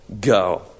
go